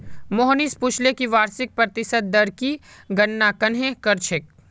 मोहनीश पूछले कि वार्षिक प्रतिशत दर की गणना कंहे करछेक